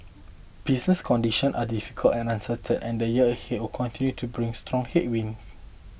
business conditions are difficult and uncertain and the year ahead will continue to bring strong headwinds